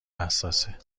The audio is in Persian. حساسه